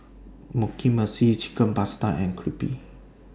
Mugi Meshi Chicken Pasta and Crepe